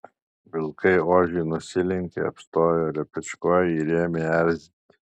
vilkai ožiui nusilenkė apstojo lepečkojį ir ėmė erzinti